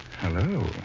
Hello